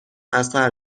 اثر